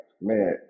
man